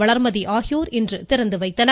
வளர்மதி ஆகியோர் இன்று திறந்து வைத்தனர்